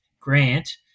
Grant